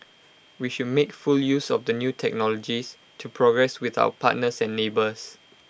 we should make full use of the new technologies to progress with our partners and neighbours